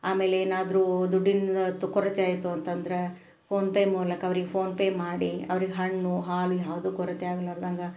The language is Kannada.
ಆಮೇಲೇನಾದ್ರು ದುಡ್ಡಿನದು ಕೊರತೆ ಆಯಿತು ಅಂತಂದರೆ ಪೋನ್ಪೇ ಮೂಲಕ ಅವ್ರಿಗೆ ಫೋನ್ಪೇ ಮಾಡಿ ಅವ್ರಿಗೆ ಹಣ್ಣು ಹಾಲು ಯಾವ್ದು ಕೊರತೆ ಆಗ್ಲಾರ್ದಂಗೆ